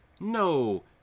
no